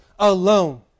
alone